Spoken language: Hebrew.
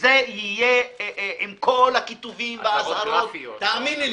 שזה יהיה עם כל הכיתובים והאזהרות תאמיני לי,